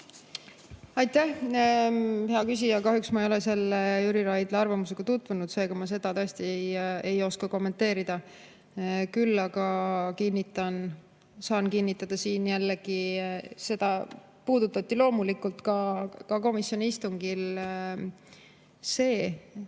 Aitäh, hea küsija! Kahjuks ma ei ole selle Jüri Raidla arvamusega tutvunud, seega ma seda tõesti ei oska kommenteerida. Küll aga saan kinnitada siin jällegi seda, mida puudutati loomulikult ka komisjoni istungil: see,